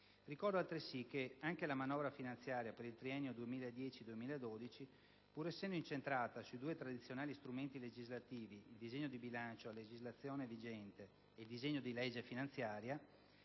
altresì che anche la manovra finanziaria per il triennio 2010-2012, pur essendo incentrata sui due tradizionali strumenti legislativi, il disegno di bilancio a legislazione vigente e il disegno di legge finanziaria,